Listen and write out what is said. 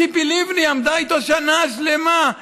ציפי לבני עבדה איתו שנה שלמה,